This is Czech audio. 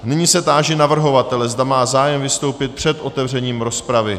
Nyní se táži navrhovatele, zda má zájem vystoupit před otevřením rozpravy?